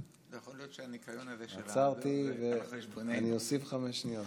מוכרחה להיות כטלאי ועוד טלאי ועוד טלאי.